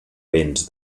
béns